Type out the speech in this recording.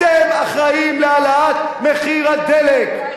אתם אחראים להעלאת מחיר הדלק,